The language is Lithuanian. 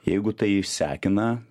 jeigu tai išsekina